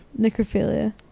Necrophilia